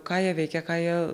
ką jie veikia ką jie